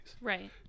right